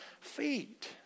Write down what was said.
feet